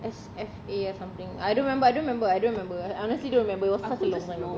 S_F_A or something I don't remember I don't remember I don't remember I honestly don't remember it was such a long time